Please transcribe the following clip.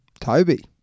Toby